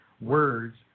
words